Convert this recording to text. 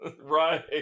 Right